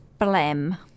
blem